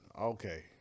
Okay